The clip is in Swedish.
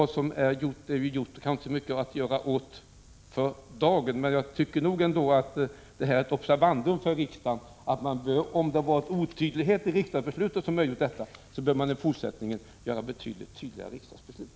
Det som är gjort är gjort och är inte mycket att göra åt för dagen. Men jag tycker att detta är ett observandum för riksdagen. Om otydligheter i riksdagsbeslutet möjliggjort detta förfarande, bör man i fortsättningen utforma betydligt tydligare riksdagsbeslut.